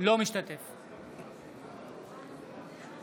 אינו משתתף בהצבעה רון כץ,